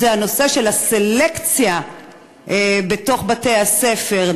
הנושא של הסלקציה בתוך בתי-הספר.